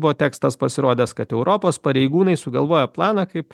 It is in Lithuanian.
buvo tekstas pasirodęs kad europos pareigūnai sugalvojo planą kaip